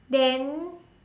then